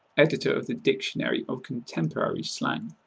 editor of the dictionary of contemporary slang.